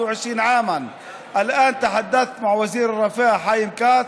עד גיל 21. כעת דיברתי עם שר הרווחה חיים כץ,